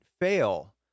fail